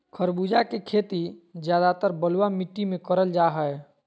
खरबूजा के खेती ज्यादातर बलुआ मिट्टी मे करल जा हय